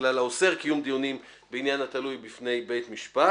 הכלל האוסר קיום דיונים בעניין התלוי בפני בית משפט.